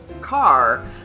car